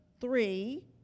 three